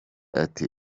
ati